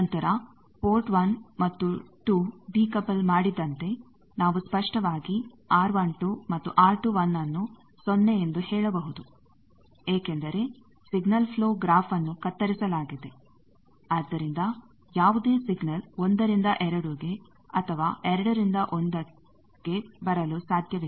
ನಂತರ ಪೋರ್ಟ್ 1 ಮತ್ತು 2 ಡೀಕಪಲ್ ಮಾಡಿದಂತೆ ನಾವು ಸ್ಪಷ್ಟವಾಗಿ R12 ಮತ್ತು R21 ಅನ್ನು ಸೊನ್ನೆ ಎಂದು ಹೇಳಬಹುದು ಏಕೆಂದರೆ ಸಿಗ್ನಲ್ ಪ್ಲೋ ಗ್ರಾಫ್ಅನ್ನು ಕತ್ತರಿಸಲಾಗಿದೆ ಆದ್ದರಿಂದ ಯಾವುದೇ ಸಿಗ್ನಲ್ 1 ರಿಂದ 2 ಗೆ ಅಥವಾ 2 ರಿಂದ 1 ಗೆ ಬರಲು ಸಾಧ್ಯವಿಲ್ಲ